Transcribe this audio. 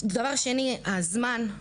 דבר שני, הזמן.